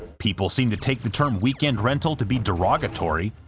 people seem to take the term weekend rental to be derogatory,